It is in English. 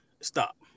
Stop